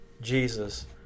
Jesus